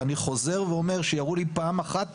ואני חוזר ואומר שיראו לי פעם אחת